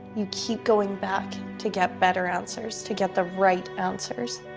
you keep going back to get better answers, to get the right answers.